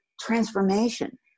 transformation